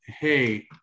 hey